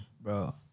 Bro